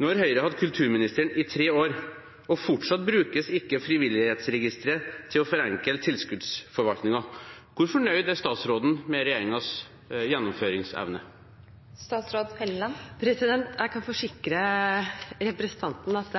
Nå har Høyre hatt kulturministeren i tre år, og fortsatt brukes ikke frivillighetsregisteret til å forenkle tilskuddsforvaltningen. Hvor fornøyd er statsråden med regjeringens gjennomføringsevne? Jeg kan forsikre representanten om at